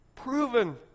Proven